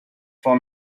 for